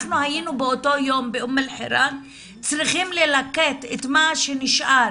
אנחנו היינו באותו יום באום אל חירן צריכים ללקט את מה שנשאר,